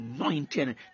anointing